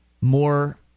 more